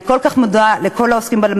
המדינה נתנה לך את הזכאות,